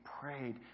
prayed